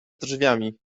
drzwiami